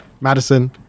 Madison